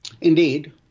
Indeed